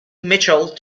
mitchell